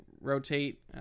rotate